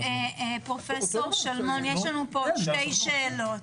יש שתי שאלות: